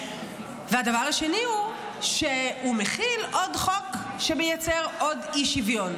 הדבר השני הוא שהוא מחיל עוד חוק שמייצר עוד אי-שוויון,